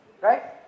Right